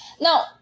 Now